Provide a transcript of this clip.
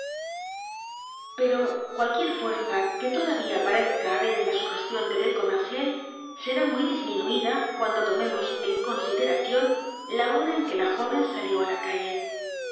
pero cualquier fuerza que todavía parezca haber en la sugestión de le commerciel será muy disminuida cuando tomemos en consideración la hora en que la joven salió á la calle